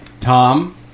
tom